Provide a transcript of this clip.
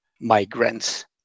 migrants